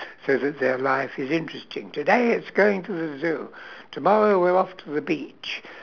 so that their life is interesting today it's going to the zoo tomorrow we're off to the beach